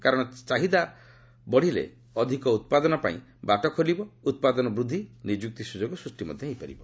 କାରଣ ଚାହିଦା ପାଇଲେ ଅଧିକ ଉତ୍ପାଦନପାଇଁ ବାଟ ଖୋଲିବ ଓ ଉତ୍ପାଦନ ବୃଦ୍ଧି ନିଯୁକ୍ତି ସୁଯୋଗ ସୃଷ୍ଟି କରିବ